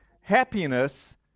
happiness